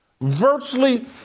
virtually